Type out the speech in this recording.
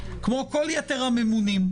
כמו כל יתר הממונים,